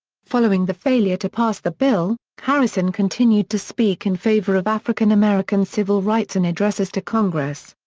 following the failure to pass the bill, harrison continued to speak in favor of african american civil rights in addresses to congress.